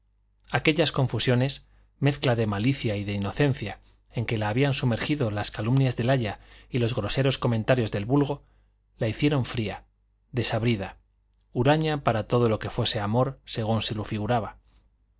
aquellas confusiones mezcla de malicia y de inocencia en que la habían sumergido las calumnias del aya y los groseros comentarios del vulgo la hicieron fría desabrida huraña para todo lo que fuese amor según se lo figuraba